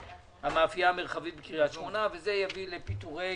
מהמאפייה המרחבית בקריית שמונה וזה יביא לפיטורי